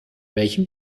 welchem